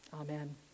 Amen